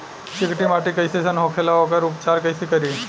चिकटि माटी कई सन होखे ला वोकर उपचार कई से करी?